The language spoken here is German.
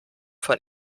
von